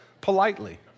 politely